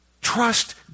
Trust